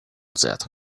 that